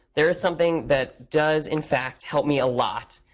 there's something that does, in fact, help me a lot.